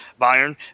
Bayern